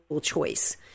choice